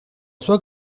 sua